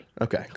okay